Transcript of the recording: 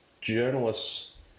journalists